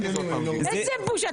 איזו בושה.